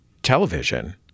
Television